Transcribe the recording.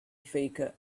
faker